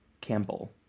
Campbell